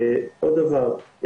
עוד דבר,